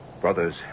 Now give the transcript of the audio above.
brothers